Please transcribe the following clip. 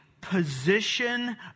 position